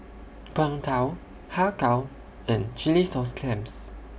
Png Tao Har Kow and Chilli Sauce Clams